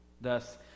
Thus